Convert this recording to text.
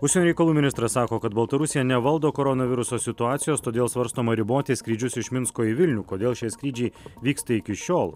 užsienio reikalų ministras sako kad baltarusija nevaldo koronaviruso situacijos todėl svarstoma riboti skrydžius iš minsko į vilnių kodėl šie skrydžiai vyksta iki šiol